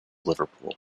liverpool